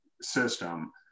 system